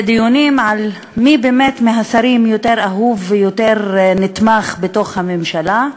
דיונים על מי באמת מהשרים יותר אהוב ויותר נתמך בתוך הממשלה,